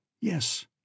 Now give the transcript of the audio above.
Yes